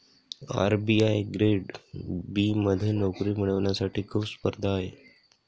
RBI grade B मध्ये नोकरी मिळवण्यासाठी खूप स्पर्धा आहे